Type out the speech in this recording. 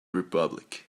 republic